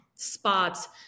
spots